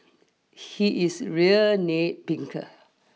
he is real nitpicker